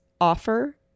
offer